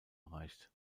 erreicht